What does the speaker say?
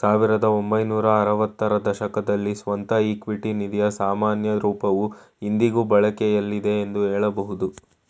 ಸಾವಿರದ ಒಂಬೈನೂರ ಆರವತ್ತ ರ ದಶಕದಲ್ಲಿ ಸ್ವಂತ ಇಕ್ವಿಟಿ ನಿಧಿಯ ಸಾಮಾನ್ಯ ರೂಪವು ಇಂದಿಗೂ ಬಳಕೆಯಲ್ಲಿದೆ ಎಂದು ಹೇಳಬಹುದು